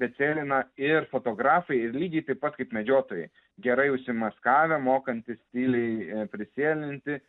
bet sėlina ir fotografai ir lygiai taip pat kaip medžiotojai gerai užsimaskavę mokantys tyliai prisėlinti